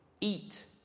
eat